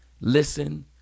Listen